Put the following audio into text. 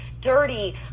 dirty